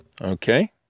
okay